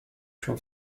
się